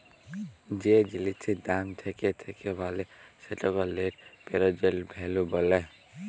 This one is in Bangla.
যে জিলিসের দাম থ্যাকে থ্যাকে বাড়ে সেটকে লেট্ পেরজেল্ট ভ্যালু ব্যলে